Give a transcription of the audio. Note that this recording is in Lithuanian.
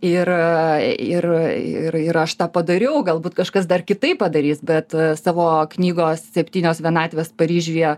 ir ir ir ir aš tą padariau galbūt kažkas dar kitaip padarys bet savo knygos septynios vienatvės paryžiuje